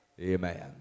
amen